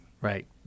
Right